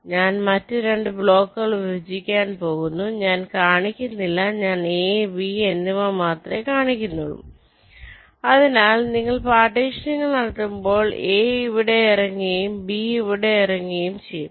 അതിനാൽ ഞാൻ മറ്റ് ബ്ലോക്കുകൾ വിഭജിക്കാൻ പോകുന്നു ഞാൻ കാണിക്കുന്നില്ല ഞാൻ A B എന്നിവ മാത്രമേ കാണിക്കുന്നുള്ളൂ അതിനാൽ നിങ്ങൾ പാർട്ടീഷനിംഗ് നടത്തുമ്പോൾ A ഇവിടെ ഇറങ്ങുകയും B അവിടെ ഇറങ്ങുകയും ചെയ്യും